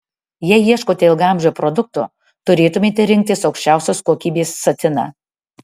jei ieškote ilgaamžio produkto turėtumėte rinktis aukščiausios kokybės satiną